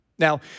Now